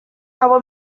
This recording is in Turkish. hava